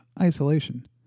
isolation